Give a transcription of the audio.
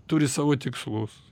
turi savo tikslus